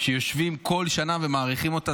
שיושבים בכל שנה ומאריכים אותה.